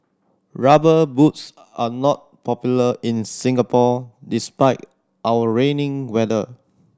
Rubber Boots are not popular in Singapore despite our rainy weather